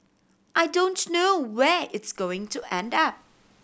I don't know where it's going to end up